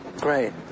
Great